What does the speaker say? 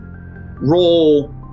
roll